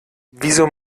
wieso